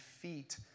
feet